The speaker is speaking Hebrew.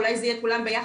אולי זה יהיה כולם ביחד.